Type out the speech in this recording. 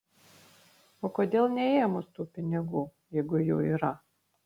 o kodėl neėmus tų pinigų jeigu jų yra